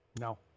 No